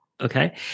Okay